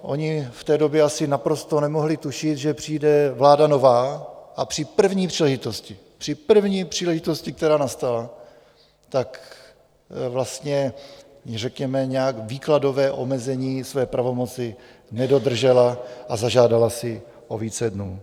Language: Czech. Oni v té době asi naprosto nemohli tušit, že přijde vláda nová a při první příležitosti, při první příležitosti, která nastala, tak vlastně řekněme nějak výkladové omezení své pravomoci nedodržela a zažádala si o více dnů.